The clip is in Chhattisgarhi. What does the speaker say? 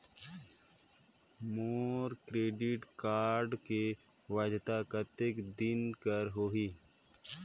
मोर क्रेडिट कारड के वैधता कतेक दिन कर होही?